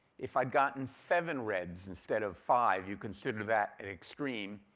if i'd gotten seven reds instead of five, you'd consider that and extreme,